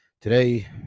today